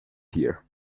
here